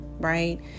right